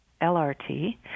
LRT